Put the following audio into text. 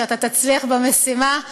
שאתה תצליח במשימה,